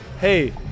hey